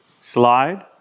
slide